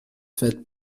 faite